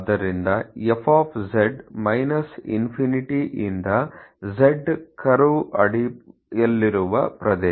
ಆದ್ದರಿಂದ f ∞ ಇಂದ zವರೆಗೆ ಕರ್ವ್ ಅಡಿಯಲ್ಲಿರುವ ಪ್ರದೇಶ